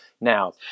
Now